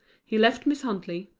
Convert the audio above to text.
he left miss huntley,